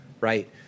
right